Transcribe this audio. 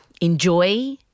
Enjoy